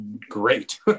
great